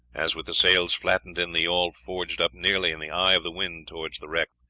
as, with the sails flattened in, the yawl forged up nearly in the eye of the wind towards the wreck.